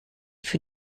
für